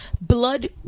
blood